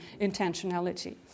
intentionality